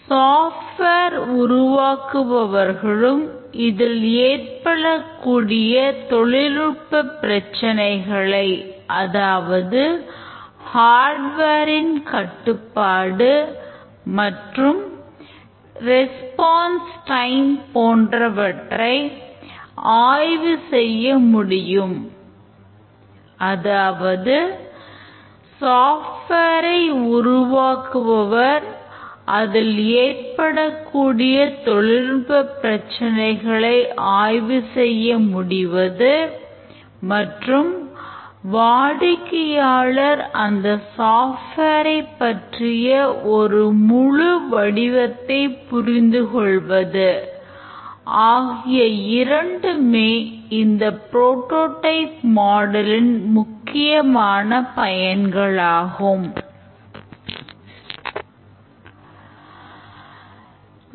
சாப்ட்வேரை இன் முக்கிய பயன்களாகும்